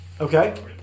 Okay